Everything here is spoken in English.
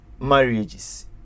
marriages